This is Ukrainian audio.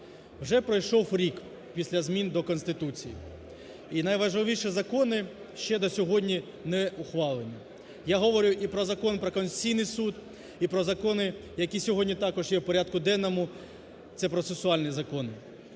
Вже пройшов рік після змін до Конституції. І найважливіші закони ще до сьогодні не ухвалені. Я говорю і про Закон про Конституційний Суд, і про закони, які сьогодні також є в порядку денному, це процесуальні закони.